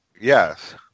Yes